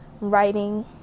writing